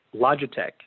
Logitech